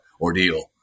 ordeal